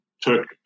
took